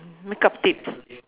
makeup tips